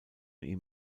ihm